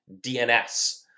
DNS